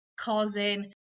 causing